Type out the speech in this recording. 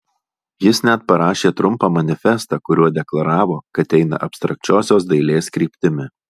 jis net parašė trumpą manifestą kuriuo deklaravo kad eina abstrakčiosios dailės kryptimi